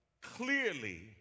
clearly